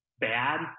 bad